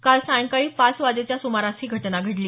काल सायंकाळी पाच वाजेच्या सुमारास ही घटना घडली